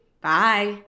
Bye